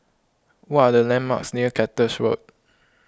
what are the landmarks near Cactus Road